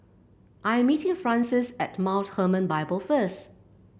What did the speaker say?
I am meeting Frances at Mount Hermon Bible first